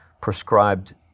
prescribed